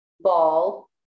ball